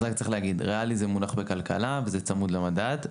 אז רק צריך להגיד שריאלי זה מונח בכלכלה וזה צמוד למדד.